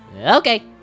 Okay